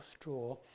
straw